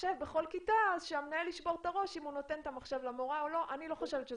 מחשב בכל כיתה אז שהמנהל ישבור את הראש למי הוא נותן את המחשב.